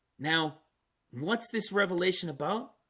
now what's this revelation about